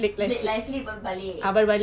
blake lively baru balik